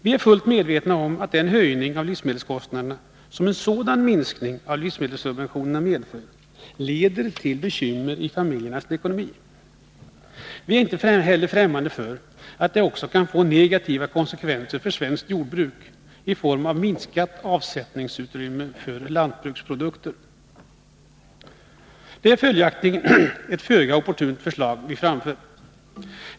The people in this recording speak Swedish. Vi är fullt medvetna om att den höjning av livsmedelskostnaderna som en sådan minskning av livsmedelssubventionerna medför leder till bekymmer i familjernas ekonomi. Vi är inte heller fftämmande för att det också kan få negativa konsekvenser för svenskt jordbruk i form av minskat avsättningsutrymme för lantbruksprodukter. Det är följaktligen ett föga opportunt förslag vi framför.